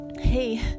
hey